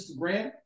Instagram